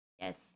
Yes